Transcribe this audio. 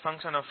B